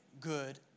good